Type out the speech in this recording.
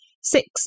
six